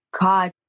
God